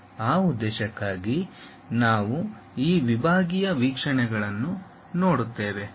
ಆ ಉದ್ದೇಶಕ್ಕಾಗಿ ನಾವು ಈ ವಿಭಾಗೀಯ ವೀಕ್ಷಣೆಗಳನ್ನು ನೋಡುತ್ತೇವೆ